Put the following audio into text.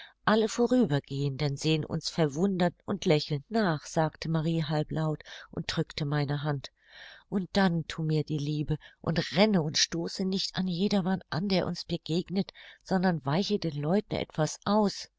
alle vorübergehenden sehen uns verwundert und lächelnd nach sagte marie halblaut und drückte meine hand und dann thu mir die liebe und renne und stoße nicht an jedermann an der uns begegnet sondern weiche den leuten etwas aus